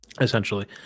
Essentially